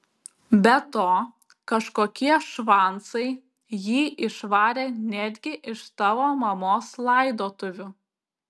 be to kažkokie švancai jį išvarė netgi iš tavo mamos laidotuvių